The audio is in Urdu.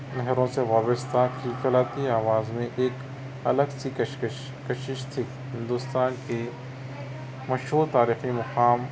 نہروں سے وابستہ کِھل کھلاتی آواز میں ایک الگ سی کشمکش کشش تھی ہندوستان کی مشہور تاریخی مقام